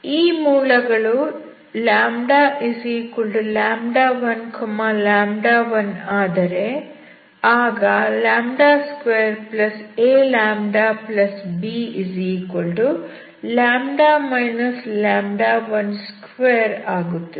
ಆ ಮೂಲಗಳು λ1 1 ಆದರೆ ಆಗ 2aλbλ 12 ಆಗುತ್ತದೆ